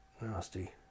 Nasty